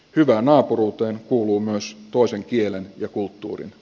hyvään naapuruuteen kuuluu myös toisen kielen ja kulttuurin